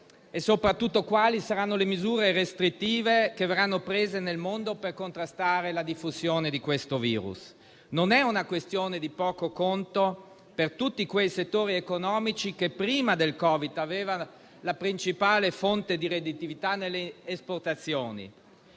e soprattutto quali saranno le misure restrittive che verranno prese nel mondo per contrastare la diffusione del virus. Non è una questione di poco conto per tutti quei settori economici che prima del Covid avevano la principale fonte di redditività nelle esportazioni;